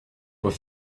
peut